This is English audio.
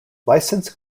licensed